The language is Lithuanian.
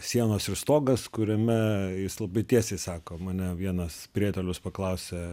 sienos ir stogas kuriame jis labai tiesiai sako mane vienas prietelius paklausė